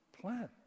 plan